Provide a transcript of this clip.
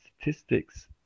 statistics